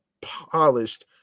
polished